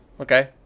okay